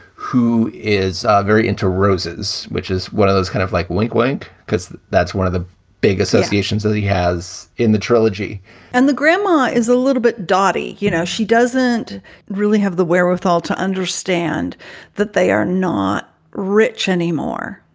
who is very into rose's, which is one of those kind of like wink wink, because that's one of the big associations that he has in the trilogy and the grandma is a little bit dotty. you know, she doesn't really have the wherewithal to understand that they are not rich anymore.